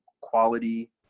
quality